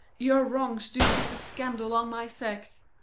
your wrongs do set a scandal on my sex.